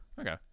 okay